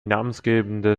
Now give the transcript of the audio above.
namensgebende